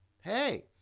hey